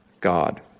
God